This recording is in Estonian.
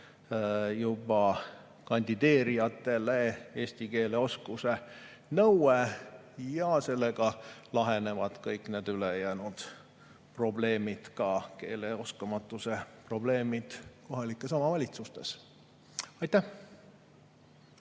juba kandideerijatele eesti keele oskuse nõue. Sellega lahenevad kõik need ülejäänud probleemid, ka keeleoskamatuse probleemid kohalikes omavalitsustes. Aitäh,